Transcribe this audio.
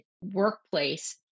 workplace